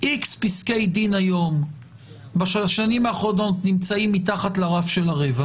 אנחנו מנסים לדייק את המדיניות,